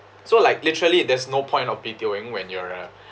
so like literally there's no point of B_T_Oing when you're a